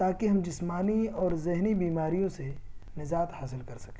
تاکہ ہم جسمانی اور ذہنی بیماریوں سے نجات حاصل کر سکیں